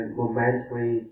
momentary